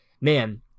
man